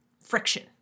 friction